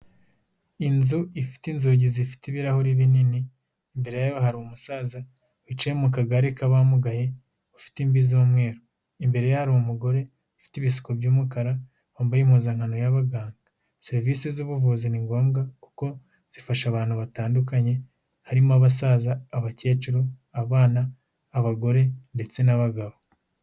Inzu ifite inzugi zifite ibirahuri binini. Imbere yayo hari umusaza wicaye mu kagare k'abamugaye ufite imvi z'umweru. Imbere ye hari umugore ufite ibisuko by'umukara wambaye impuzankano y'abaganga. Serivisi z'ubuvuzi ni ngombwa kuko zifasha abantu batandukanye harimo abasaza, abakecuru, abana, abagore, ndetse n'abagabo.